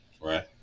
Right